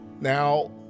now